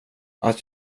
att